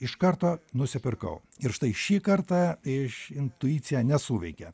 iš karto nusipirkau ir štai šį kartą iš intuicija nesuveikė